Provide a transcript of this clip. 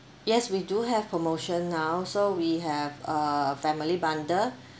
yes we do have promotion now so we have a family bundle